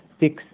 six